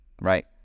right